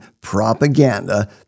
propaganda